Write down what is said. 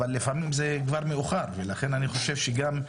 אבל לפעמים זה כבר מאוחר ולכן אני חושב שגם,